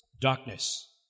darkness